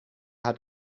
hat